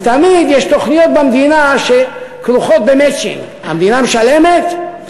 כי תמיד יש תוכניות במדינה שכרוכות במצ'ינג: המדינה משלמת,